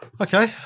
Okay